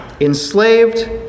enslaved